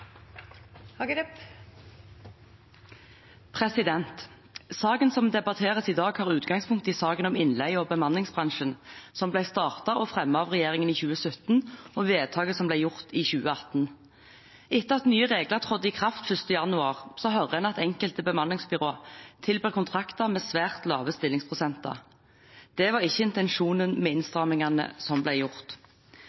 bemanningsbransjen som ble startet og fremmet av regjeringen i 2017, og vedtaket som ble gjort i 2018. Etter at nye regler trådte i kraft 1. januar, hører en at enkelte bemanningsbyråer tilbyr kontrakter med svært lave stillingsprosenter. Det var ikke intensjonen med